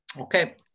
Okay